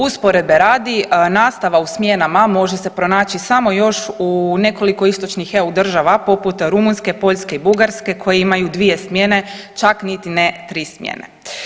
Usporedbe radi, nastava u smjenama može se pronaći samo još u nekoliko istočnih EU država poput Rumunjske, Poljske i Bugarske koje imaju dvije smjene čak niti ne tri smjene.